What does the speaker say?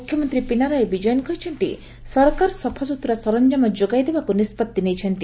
ମୁଖ୍ୟମନ୍ତ୍ରୀ ପିନାରାୟି ବିଜୟନ୍ କହିଛନ୍ତି ସରକାର ସଫାସ୍କୃତ୍ତରା ସରଞ୍ଜାମ ଯୋଗାଇ ଦେବାକୁ ନିଷ୍ପଭି ନେଇଛନ୍ତି